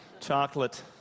chocolate